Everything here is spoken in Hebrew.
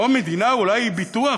או מדינה, אולי, היא ביטוח